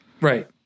Right